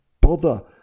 bother